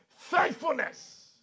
Thankfulness